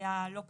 היה לא פשוט,